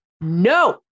no